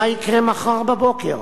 מה יקרה מחר בבוקר,